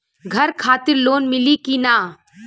घर खातिर लोन मिली कि ना?